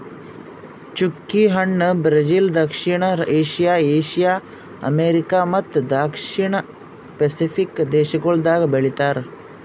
ಚ್ಚುಕಿ ಹಣ್ಣ ಬ್ರೆಜಿಲ್, ದಕ್ಷಿಣ ಏಷ್ಯಾ, ಏಷ್ಯಾ, ಅಮೆರಿಕಾ ಮತ್ತ ದಕ್ಷಿಣ ಪೆಸಿಫಿಕ್ ದೇಶಗೊಳ್ದಾಗ್ ಬೆಳಿತಾರ್